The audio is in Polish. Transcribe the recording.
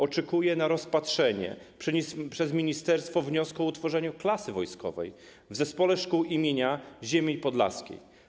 Oczekuje na rozpatrzenie przez ministerstwo wniosku o utworzenie klasy wojskowej w Zespole Szkół im. Ziemi Podlaskiej.